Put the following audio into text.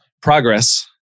progress